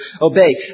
obey